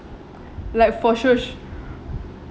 like for sure sh~